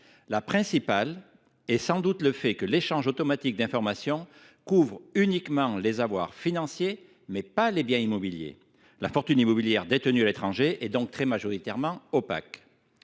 La principale réside sans doute dans le fait que l’échange automatique d’informations couvre uniquement les avoirs financiers, et non pas les biens immobiliers. La fortune immobilière détenue à l’étranger est donc très majoritairement opaque.